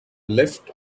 left